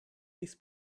his